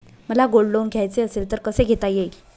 मला gold loan घ्यायचे असेल तर कसे घेता येईल?